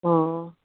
ꯑꯥ